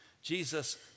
Jesus